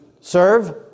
serve